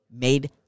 made